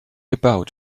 about